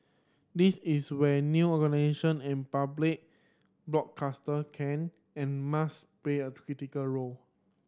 this is where new organisation and public broadcaster can and must play a critical role